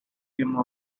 game